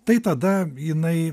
tai tada jinai